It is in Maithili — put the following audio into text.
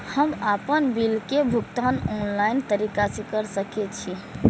हम आपन बिल के भुगतान ऑनलाइन तरीका से कर सके छी?